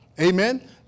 Amen